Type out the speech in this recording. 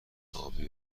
ابی